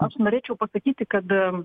aš norėčiau pasakyti kad